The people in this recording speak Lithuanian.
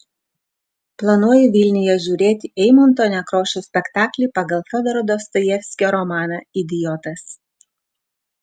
planuoju vilniuje žiūrėti eimunto nekrošiaus spektaklį pagal fiodoro dostojevskio romaną idiotas